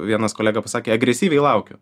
vienas kolega pasakė agresyviai laukiu